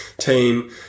team